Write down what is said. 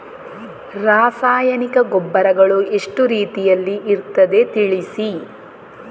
ರಾಸಾಯನಿಕ ಗೊಬ್ಬರಗಳು ಎಷ್ಟು ರೀತಿಯಲ್ಲಿ ಇರ್ತದೆ ತಿಳಿಸಿ?